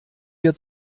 wir